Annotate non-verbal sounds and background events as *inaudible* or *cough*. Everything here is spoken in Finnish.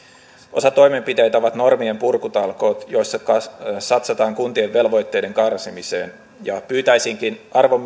osa toimenpiteitä ovat normien purkutalkoot joissa satsataan kuntien velvoitteiden karsimiseen pyytäisinkin arvon *unintelligible*